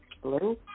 Hello